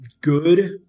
good